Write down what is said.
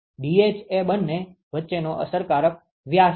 Dh એ બંને વચ્ચેનો અસરકારક વ્યાસ છે